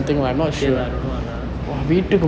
okay lah don't know what lah